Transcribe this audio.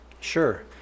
Sure